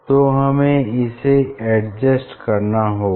तो हमें इसे एडजस्ट करना होगा